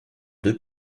deux